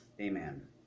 amen